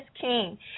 King